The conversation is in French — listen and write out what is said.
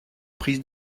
prise